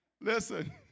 Listen